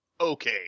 Okay